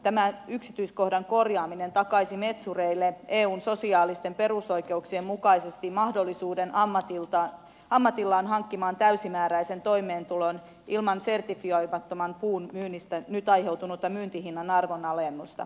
tämän yksityiskohdan korjaaminen takaisi metsureille eun sosiaalisten perusoikeuksien mukaisesti mahdollisuuden ammatillaan hankkia täysimääräinen toimeentulo ilman sertifioimattoman puun myynnistä nyt aiheutunutta myyntihinnan arvonalennusta